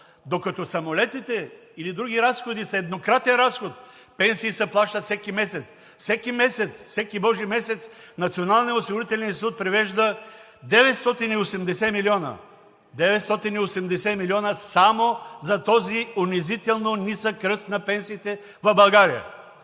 Докато самолетите или други разходи са еднократен разход, пенсии се плащат всеки месец, всеки месец. Всеки божи месец Националният осигурителен институт превежда 980 млн. – 980 млн. само за този унизително нисък ръст на пенсиите в България!